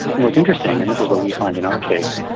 and what's interesting, and this is what we find in our case,